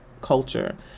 culture